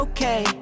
Okay